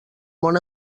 món